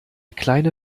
kleine